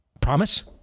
Promise